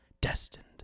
destined